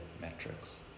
metrics